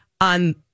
on